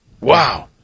Wow